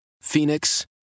Phoenix